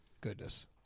goodness